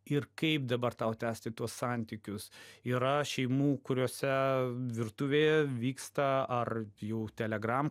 ir kaip dabar tau tęsti tuos santykius yra šeimų kuriose virtuvėje vyksta ar jau telegram